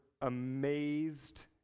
amazed